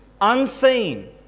unseen